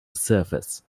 surface